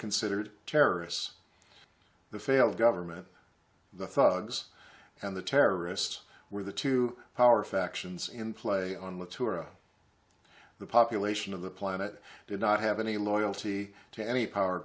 considered terrorists the failed government the thugs and the terrorists were the two power factions in play on with touro the population of the planet did not have any loyalty to any power